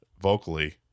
vocally